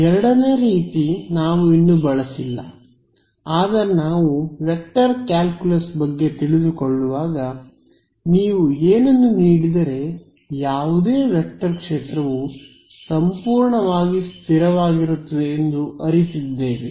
ಎರಡನೆಯ ರೀತಿ ನಾವು ಇನ್ನೂ ಬಳಸಿಲ್ಲ ಆದರೆ ನಾವು ವೆಕ್ಟರ್ ಕ್ಯಾಲ್ ಕುಲಸ್ ಬಗ್ಗೆ ತಿಳಿದುಕೊಳ್ಳುವಾಗ ನೀವು ಏನನ್ನು ನೀಡಿದರೆ ಯಾವುದೇ ವೆಕ್ಟರ್ ಕ್ಷೇತ್ರವು ಸಂಪೂರ್ಣವಾಗಿ ಸ್ಥಿರವಾಗಿರುತ್ತದೆ ಎಂದು ಅರಿತಿದ್ದೇವೆ